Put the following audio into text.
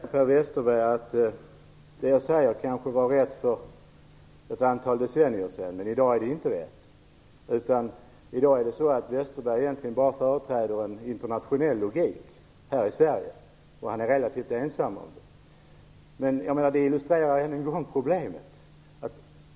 Fru talman! Per Westerberg säger att det jag hävdar kanske var rätt för ett antal decennier sedan. Men i dag är det inte rätt. I dag företräder Per Westerberg egentligen bara en internationell logik här i Sverige och han är relativt ensam om den. Det illustrerar än en gång problemet.